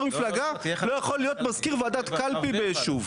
מפלגה לא יכול להיות מזכיר ועדת קלפי ביישוב.